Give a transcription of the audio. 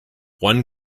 one